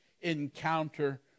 encounter